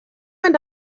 and